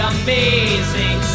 amazing